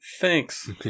Thanks